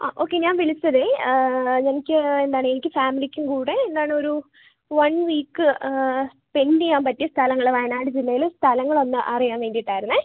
ആ ഓക്കെ ഞാൻ വിളിച്ചതേ എനിക്ക് എന്താണ് എനിക്കും ഫാമിലിക്കും കൂടെ എന്താണൊരു വൺ വീക്ക് സ്പെൻഡ് ചെയ്യാൻ പറ്റിയ സ്ഥലങ്ങൾ വയനാട് ജില്ലയിൽ സ്ഥലങ്ങൾ ഒന്ന് അറിയാൻ വേണ്ടിയിട്ടായിരുന്നേ